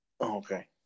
okay